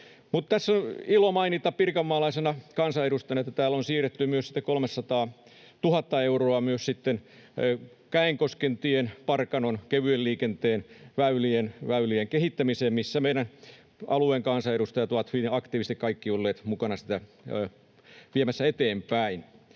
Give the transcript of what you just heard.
tässä on ilo mainita pirkanmaalaisena kansanedustajana, että täällä on siirretty myös sitten 300 000 euroa Parkanon Käenkoskentien kevyen liikenteen väylien kehittämiseen. Kaikki meidän alueemme kansanedustajat ovat hyvin aktiivisesti olleet mukana sitä viemässä eteenpäin.